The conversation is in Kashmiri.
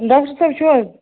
ڈاکٹر صٲب چھِو حظ